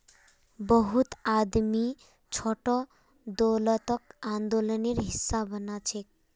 बहुत आदमी छोटो दौलतक आंदोलनेर हिसा मानछेक